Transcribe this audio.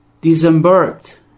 disembarked